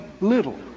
little